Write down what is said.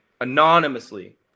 anonymously